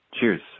cheers